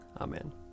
Amen